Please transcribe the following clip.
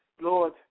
Lord